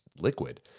liquid